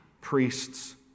priests